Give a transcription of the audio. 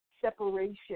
separation